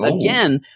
again